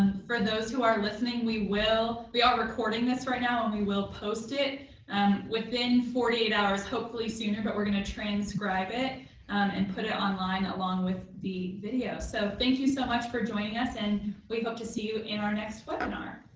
um for those who are listening, we will we are recording this right now and we will post it and within forty eight hours hopefully sooner but we're going to transcribe it and put it online along with the video. so thank you so much for joining us and we hope to see you in our next webinar.